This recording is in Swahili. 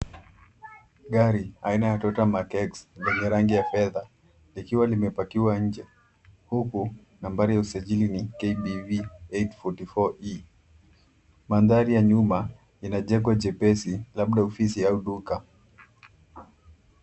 Gari aina ya Toyota Mark - X yenye rangi ya fedha likiwa limepakiwa nje, huku, nambari ya usajili ni KBV 844E . Mandhari ya nyuma ina jengo jepesi, labda ofisi au duka.